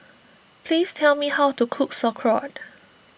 please tell me how to cook Sauerkraut